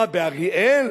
מה, באריאל?